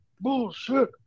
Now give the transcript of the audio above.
bullshit